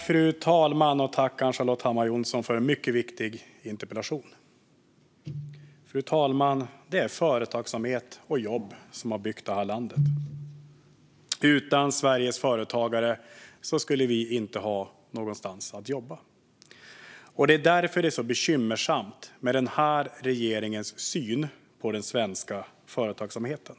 Fru talman! Tack, Ann-Charlotte Hammar Johnsson, för en mycket viktig interpellation! Fru talman! Det är företagsamhet och jobb som har byggt det här landet. Utan Sveriges företagare skulle vi inte ha någonstans att jobba. Det är därför som det är så bekymmersamt med den här regeringens syn på den svenska företagsamheten.